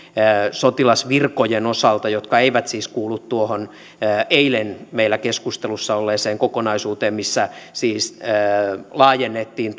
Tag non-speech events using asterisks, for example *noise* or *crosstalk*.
sotilasvirkojen osalta jotka eivät siis kuulu tuohon eilen meillä keskustelussa olleeseen kokonaisuuteen missä laajennettiin *unintelligible*